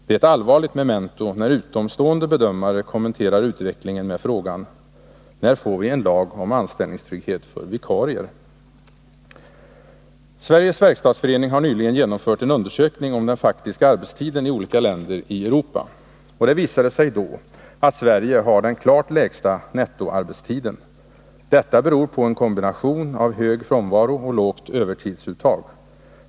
Det är ett allvarligt memento, när utomstående bedömare kommenterar utvecklingen med frågan: ”När får vi en lag om anställningstrygghet för vikarier?” Sveriges Verkstadsförening har nyligen genomfört en undersökning om den faktiska arbetstiden i olika länder i Europa. Det visade sig då att Sverige hade den klart lägsta nettoarbetstiden. Detta beror på en kombination av hög frånvaro och lågt övertidsuttag.